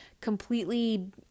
completely